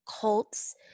cults